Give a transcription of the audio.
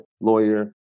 lawyer